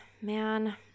man